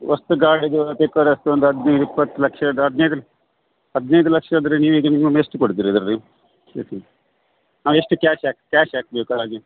ಹೊಸ್ತ್ ಗಾಡಿದೂ ಅಷ್ಟೊಂದು ಹದಿನೈದು ಇಪ್ಪತ್ತು ಲಕ್ಷದ ಹದಿನೈದರ ಹದಿನೈದು ಲಕ್ಷ ಅಂದರೆ ನೀವು ಹೇಗೆ ಮಿನಿಮಮ್ ಎಷ್ಟು ಕೊಡ್ತಿರ ಇದರಲ್ಲಿ ನಾವು ಎಷ್ಟು ಕ್ಯಾಶ್ ಹಾಕಿ ಕ್ಯಾಶ್ ಹಾಕ್ಬೇಕು ಒಳಗೆ